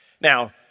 Now